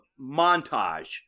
montage